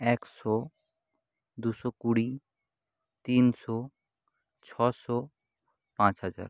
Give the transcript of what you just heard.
একশো দুশো কুড়ি তিনশো ছশো পাঁচ হাজার